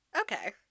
Okay